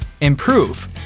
Improve